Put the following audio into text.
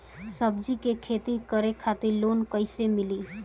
सब्जी के खेती करे खातिर लोन कइसे मिली?